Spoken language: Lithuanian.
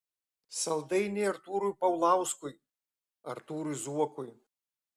saldainiai artūrui paulauskui artūrui zuokui